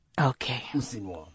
Okay